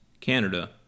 Canada